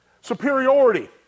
superiority